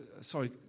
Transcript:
sorry